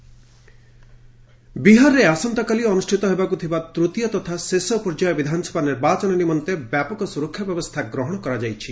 Bihar election ବିହାରରେ ଆସନ୍ତାକାଲି ଅନୁଷ୍ଠିତ ହେବାକୁ ଥିବା ତୃତୀୟ ତଥା ଶେଷ ପର୍ଯ୍ୟାୟ ବିଧାନସଭା ନିର୍ବାଚନ ନିମନ୍ତେ ବ୍ୟାପକ ସ୍ୱରକ୍ଷା ବ୍ୟବସ୍ଥା ଗ୍ରହଣ କରାଯାଇଛି